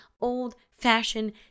old-fashioned